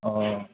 অঁ